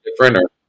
different